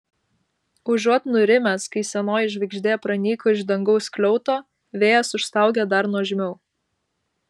užuot nurimęs kai senoji žvaigždė pranyko iš dangaus skliauto vėjas užstaugė dar nuožmiau